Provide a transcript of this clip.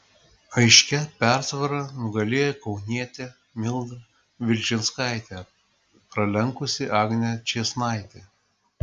aiškia persvara nugalėjo kaunietė milda vilčinskaitė pralenkusi agnę čėsnaitę